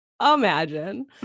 imagine